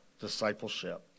discipleship